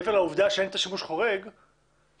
מעבר לעובדה שאין את השימוש החורג, מה?